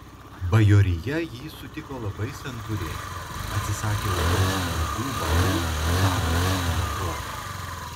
bajorija jį sutiko labai santūriai atsisakė aukoti pinigų baliui caro atvykimo proga